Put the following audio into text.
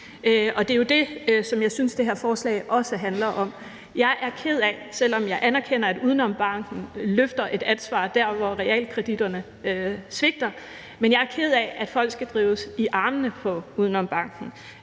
det er jo også det, som jeg synes at det her forslag handler om. Selv om jeg anerkender, at UdenomBanken løfter et ansvar der, hvor realkreditterne svigter, er jeg ked af, at folk skal drives i armene på den,